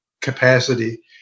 capacity